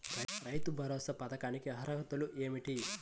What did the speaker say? రైతు భరోసా పథకానికి అర్హతలు ఏమిటీ?